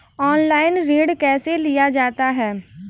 Online ऋण कैसे लिया जाता है?